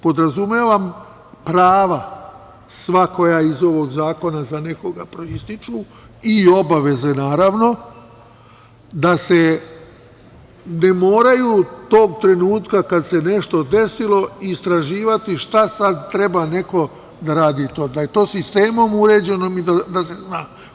Podrazumevam prava sva koja iz ovog zakona za nekoga proističu, i obaveze, naravno, da se ne moraju tog trenutka kad se nešto desilo istraživati šta sad treba neko da radi, da je to sistemom uređeno i da se zna.